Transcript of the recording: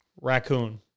raccoon